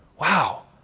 wow